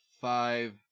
five